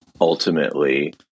ultimately